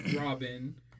Robin